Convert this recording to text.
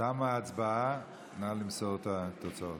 תמה ההצבעה, נא למסור את התוצאות.